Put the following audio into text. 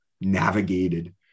navigated